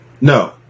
no